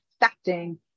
affecting